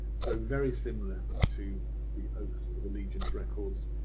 so very similar to the oath of allegiance records.